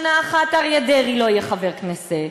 שנה אחת אריה דרעי לא יהיה חבר כנסת,